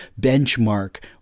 benchmark